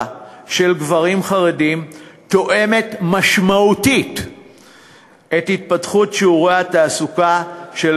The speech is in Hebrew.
של גברים חרדים תואמת משמעותית את התפתחות שיעורי התעסוקה של